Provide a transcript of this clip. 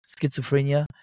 schizophrenia